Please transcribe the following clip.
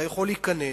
אתה יכול להיכנס,